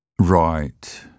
Right